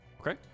Okay